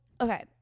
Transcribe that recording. okay